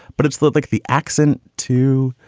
but it's little like the accent, too.